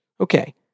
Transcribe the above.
Okay